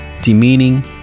demeaning